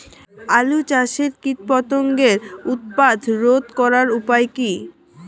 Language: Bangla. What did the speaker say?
আলু চাষের কীটপতঙ্গের উৎপাত রোধ করার উপায় কী?